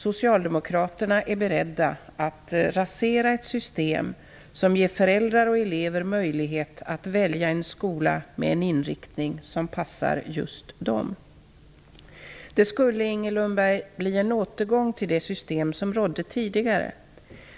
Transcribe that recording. Socialdemokraterna är beredda att rasera ett system som ger föräldrar och elever möjlighet att välja en skola med en inriktning som passar just dem. Det skulle, Inger Lundberg, bli en återgång till det system som rådde tidigare.